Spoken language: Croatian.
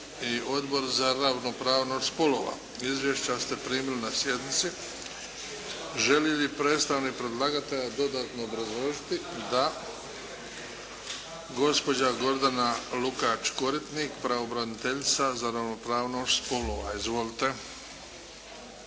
i Odbor za ravnopravnost spolova. Izvješća te primili na sjednici. Želi li predstavnik predlagatelja dodatno obrazložiti? Da. Gospođa Gordana Lukač Koritnik pravobraniteljica za ravnopravnost spolova. Izvolite.